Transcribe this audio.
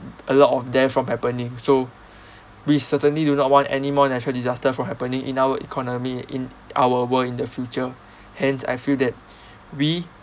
a lot of that from happening so we certainly do not want any more natural disasters from happening in our economy in our world in the future hence I feel that we